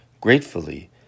Gratefully